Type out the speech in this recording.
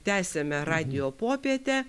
tęsiame radijo popietę